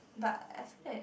but I feel that